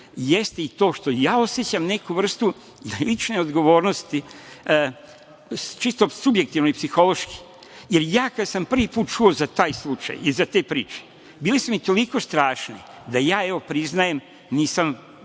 jeste i to što i ja osećam neku vrstu lične odgovornosti, čisto subjektivno i psihološki, jer ja kad sam prvi put čuo za taj slučaj i za te priče, bili su mi toliko strašne da ja, evo, priznajem, nisam